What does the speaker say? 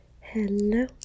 Hello